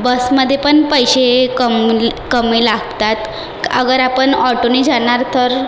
बसमध्येपण पैसे कम कमी लागतात अगर आपण ऑटोनी जाणार तर